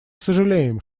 сожалеем